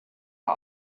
are